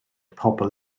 pobl